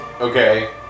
okay